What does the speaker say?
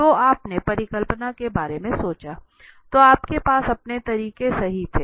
तो आपने परिकल्पना के बारे में सोचा तो आपके पास अपने तरीके सही थे